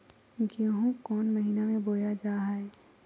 गेहूँ कौन महीना में बोया जा हाय?